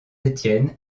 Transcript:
étienne